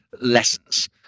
lessons